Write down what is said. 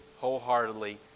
wholeheartedly